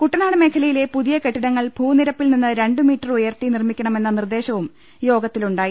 കുട്ടനാട് മേഖലയിലെ പുതിയ കെട്ടിടങ്ങൾ ഭൂനിരപ്പിൽനിന്ന് രണ്ടുമീറ്റർ ഉയർത്തി നിർമ്മിക്കണമെന്ന നിർദ്ദേശവും യോഗത്തിലുണ്ടായി